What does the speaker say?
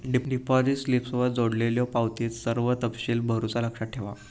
deposit स्लिपसोबत जोडलेल्यो पावतीत सर्व तपशील भरुचा लक्षात ठेवा